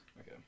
Okay